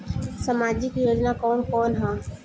सामाजिक योजना कवन कवन ह?